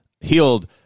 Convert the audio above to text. healed